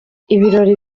ibirori